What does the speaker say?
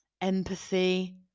empathy